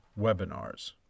webinars